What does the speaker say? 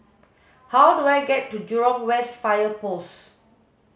how do I get to Jurong West Fire Post